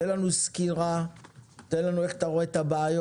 תן לנו סקירה תן לנו איך אתה רואה את הבעיות,